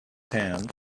hand